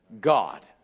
God